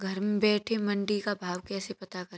घर बैठे मंडी का भाव कैसे पता करें?